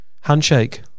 handshake